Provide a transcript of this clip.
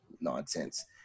nonsense